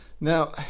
Now